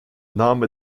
name